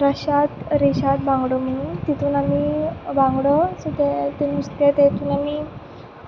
Rashad रेशाद बांगडो म्हणून तितूंत आमी बांगडो सो तें नुस्तें तितूंत आमी